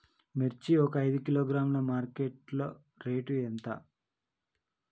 మిర్చి ఒక ఐదు కిలోగ్రాముల మార్కెట్ లో రేటు ఎంత?